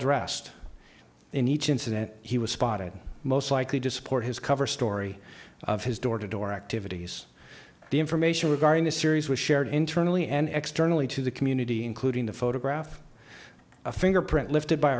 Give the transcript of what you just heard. dressed in each incident he was spotted most likely to support his cover story of his door to door activities the information regarding the series was shared internally and externally to the community including the photograph a fingerprint lifted by